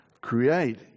create